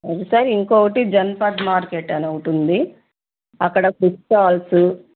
sir ఇంకొకటి Janpath market అని ఒకటుంది అక్కడ బుక్ స్టాల్స్